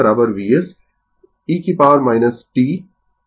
Refer Slide Time 2732 इसलिए जब R L circuit के लिए स्विच लंबे समय तक बंद रहता है